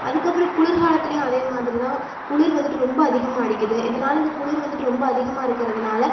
அதுக்கப்பறம் குளிர் காலத்துலையும் அதேமாதிரி தான் குளிர் வந்துவிட்டு ரொம்ப அதிகமாக அடிக்குது இதனால் இந்த குளிர் வந்துவிட்டு ரொம்ப அதிகமாக இருக்கிறதுனால